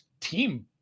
Team